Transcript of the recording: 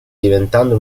diventando